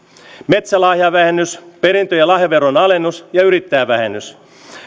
metsälahjavähennys perintö ja lahjaveron alennus ja yrittäjävähennys